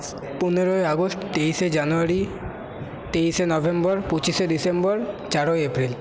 পনেরোই আগস্ট তেইশে জানুয়ারি তেইশে নভেম্বর পঁচিশে ডিসেম্বর চারই এপ্রিল